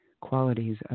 qualities